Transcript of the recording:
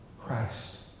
Christ